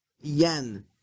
yen